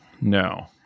No